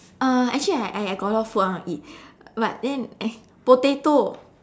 uh actually I I got a lot of food I want to eat but then uh potato